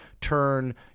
turn